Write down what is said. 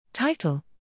Title